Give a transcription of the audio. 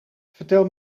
vertel